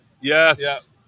yes